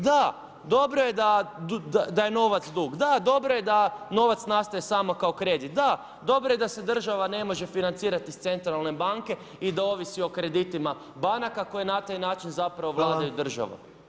Da, dobro je da je novac dug, da dobro je da novac nastaje samo kao kredit, da dobro je da se država ne može financirati iz centralne banke i da ovisi o kreditima banaka koje na taj način zapravo vladaju državom.